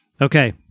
Okay